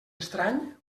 estrany